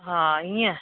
हा इअं